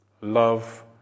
Love